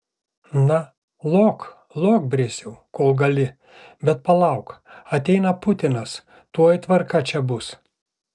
na lok lok brisiau kol gali bet palauk ateina putinas tuoj tvarka čia bus